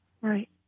Right